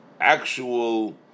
actual